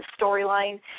storyline